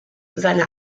seine